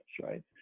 right